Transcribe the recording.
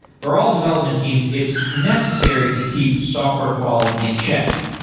for all development teams, it's necessary to keep software quality in check,